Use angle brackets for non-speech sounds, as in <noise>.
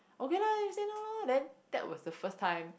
okay lah you say now lah then that was the first time <noise>